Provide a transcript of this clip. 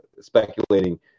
speculating